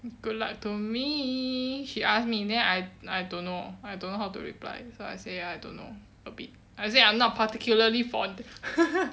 good luck to me she ask me then I I don't know I don't know how to reply so I say I don't know a bit I said I'm not particularly fond